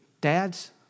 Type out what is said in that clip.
dads